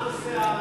מה הנושא של,